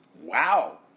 Wow